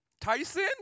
Tyson